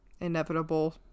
inevitable